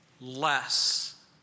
Less